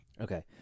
Okay